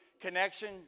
connection